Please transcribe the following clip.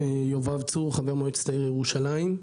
אני חבר מועצת העיר ירושלים,